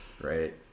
right